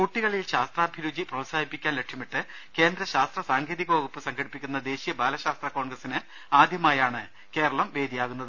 കുട്ടികളിൽ ശാസ്ത്രാഭിരുചി പ്രോത്സാഹിപ്പിക്കാൻ ലക്ഷ്യമിട്ട് കേന്ദ്ര ശാസ്ത്ര സാങ്കേതിക വകുപ്പ് സംഘടിപ്പിക്കുന്ന ദേശീയ ബാലശാസ്ത്ര കോൺഗ്രസിന് ആദ്യമായാണ് കേരളം വേദിയാകുന്നത്